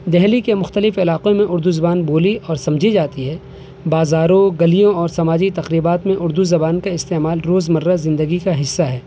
دہلی کے مختلف علاقوں میں اردو زبان بولی اور سمجھی جاتی ہے بازاروں گلیوں اور سماجی تقریبات میں اردو زبان کا استعمال روزمرہ زندگی کا حصہ ہے